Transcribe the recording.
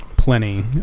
Plenty